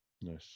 Yes